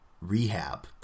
rehab